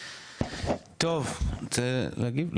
טוב רוצה להגיב?